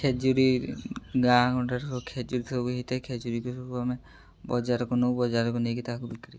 ଖଜୁରୀ ଗାଁ ଗଣ୍ଡାରେ ସବୁ ଖଜୁରୀ ସବୁ ହେଇଥାଏ ଖଜୁରୀକୁ ସବୁ ଆମେ ବଜାରକୁ ନେଉ ବଜାରକୁ ନେଇକି ତାକୁ ବିକ୍ରି କରିଥାଉ